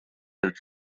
health